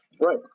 Right